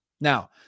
Now